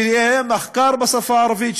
שיהיה מחקר בשפה הערבית,